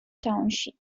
township